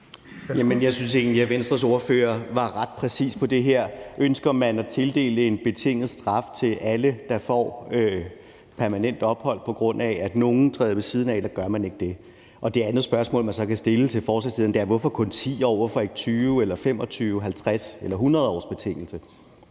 jeg synes egentlig, at Venstres ordfører var ret præcis i forhold til det her – ønsker man at tildele en betinget straf til alle, der får permanent ophold, på grund af at nogle træder ved siden af, eller gør man ikke? Og det andet spørgsmål, man så kan stille forslagsstillerne, er: Hvorfor kun 10 år, hvorfor ikke 20, 25, 50 eller 100 års betingelse?